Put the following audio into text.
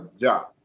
job